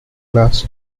class